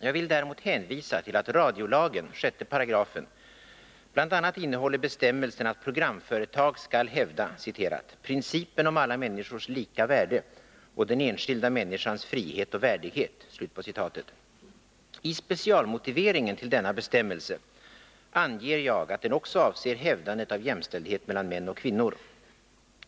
Jag vill däremot hänvisa till att radiolagen, 6§, bl.a. innehåller bestämmelsen att programföretag skall hävda ”———- principen om alla människors lika värde och den enskilda människans frihet och värdighet”. I specialmotiveringen till denna bestämmelse anger jag att den också avser hävdandet av jämställdhet mellan män och kvinnor.